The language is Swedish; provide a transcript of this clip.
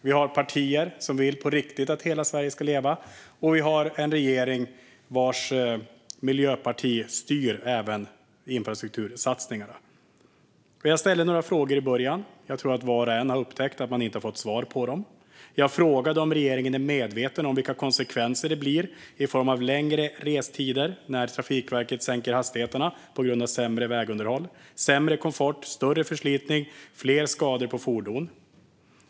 Det finns partier som på riktigt vill att hela Sverige ska leva, och det finns en regering med ett miljöparti som styr även infrastruktursatsningarna. Jag ställde några frågor i början av debatten. Jag tror att var och en har upptäckt att jag inte har fått svar på dem. Jag frågade om regeringen är medveten om vilka konsekvenser det blir i form av längre restider när Trafikverket sänker hastigheterna på grund av sämre vägunderhåll. Det blir sämre komfort, större förslitning och fler skador på fordon.